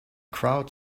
crowd